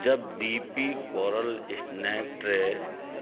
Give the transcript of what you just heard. جب D P coral snack tray